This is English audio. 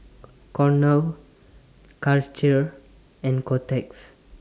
Cornell Karcher and Kotex